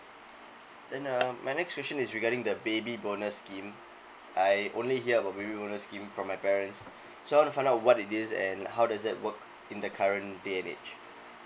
then uh my next question is regarding the baby bonus scheme I only hear about baby bonus scheme from my parents so I wanna find out what it is and how does that work in the current day and age